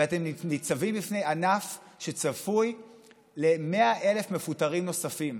ואתם ניצבים בפני ענף שצפוי ל-100,000 מפוטרים נוספים,